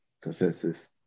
consensus